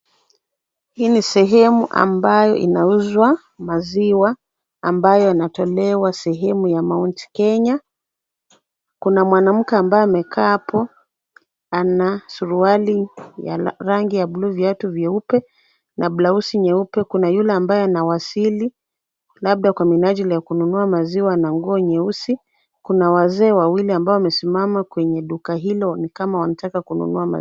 Hii ni sehemu ambayo inauzwa maziwa ambayo yanatolewa sehemu ya Mt Kenya. Kuna mwanamke ambaye amekaa hapo ana suruali ya rangi ya bluu, viatu vyeupe na blausi nyeupe. Kuna yule ambaye anawasili labda kwa minajili ya kununua maziwa na nguo nyeusi. Kuna wazee wawili ambao wamesimama kwa duka hilo, labda wanataka kununua maziwa.